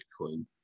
Bitcoin